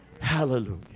Hallelujah